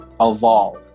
evolve